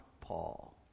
Paul